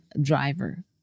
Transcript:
driver